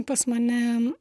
pas mane